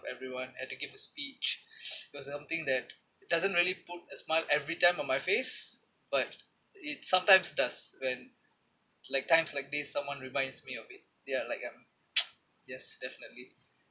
everyone and to give a speech it's something that it doesn't really put a smile every time on my face but it sometimes does when like times like these someone reminds me of it ya like uh yes definitely